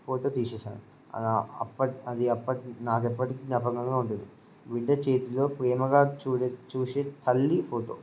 photo తీసేశాను అది నాకు ఎప్పటికి జ్ఞాపకంగా ఉంటుంది బిడ్డ చేతిలో ప్రేమగా చూసే తల్లి ఫోటో